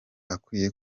akwiye